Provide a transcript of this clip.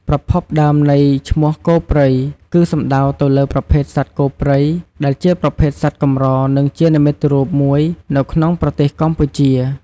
ប្រភពដើមនៃឈ្មោះ "គោព្រៃ" គឺសំដៅទៅលើប្រភេទសត្វគោព្រៃដែលជាប្រភេទសត្វកម្រ និងជានិមិត្តរូបមួយនៅក្នុងប្រទេសកម្ពុជា។